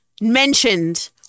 mentioned